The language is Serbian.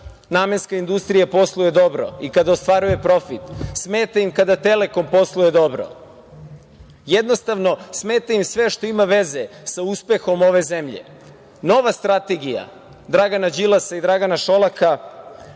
namenska industrija posluje dobro i kada ostvaruje profit. Smeta im kada Telekom posluje dobro. jednostavno, smeta im sve što ima veze sa uspehom ove zemlje. Nova strategija Dragana Đilasa i Dragana Šolaka